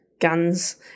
guns